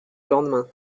lendemain